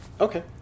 Okay